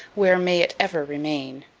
where may it ever remain.